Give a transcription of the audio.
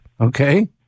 Okay